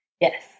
Yes